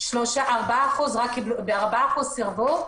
ב-4% סירבו.